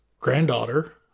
granddaughter